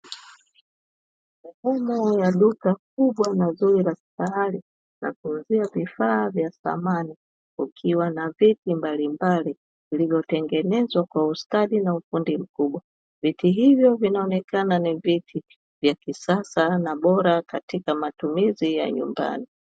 Mfumo wa duka kubwa na zuri la kifahari la kuuzia vifaa vya samani, kukiwa na viti mbalimbali vilivyotengenezwa kwa ustadi na ufundi mkubwa. Viti hivyo vinaonekana ni viti vya kisasa na bora katika matumizi ya nyumbani.